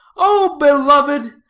oh beloved,